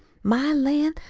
my lan',